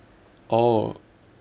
orh